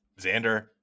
Xander